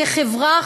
כחברה,